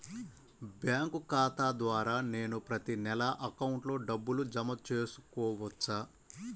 Bank ఖాతా ద్వారా నేను ప్రతి నెల అకౌంట్లో డబ్బులు జమ చేసుకోవచ్చా?